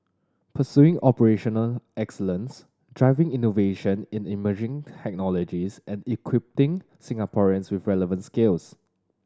pursuing operational excellence driving innovation in the emerging technologies and equipping Singaporeans with relevant skills